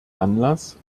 anlass